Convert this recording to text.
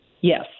Yes